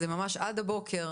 עד הבוקר,